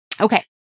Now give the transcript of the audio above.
Okay